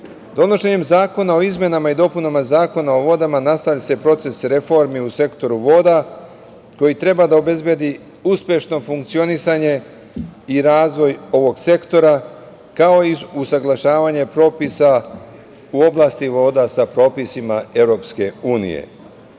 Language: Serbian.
reše. Donošenjem zakona o izmenama i dopunama Zakona o vodama, nastavlja se proces reformi u sektoru voda, koji treba da obezbedi uspešno funkcionisanje i razvoj ovog sektora, kao i usaglašavanje propisa u oblasti voda, sa propisima EU. Značaj